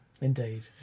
Indeed